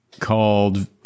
called